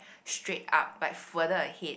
straight up but further ahead